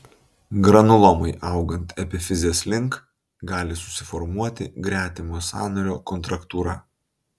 granulomai augant epifizės link gali susiformuoti gretimo sąnario kontraktūra